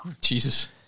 Jesus